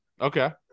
Okay